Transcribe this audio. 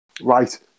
Right